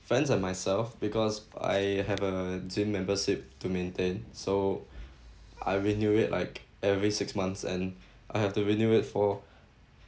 friends and myself because I have a gym membership to maintain so I renew it like every six months and I have to renew it for